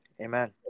Amen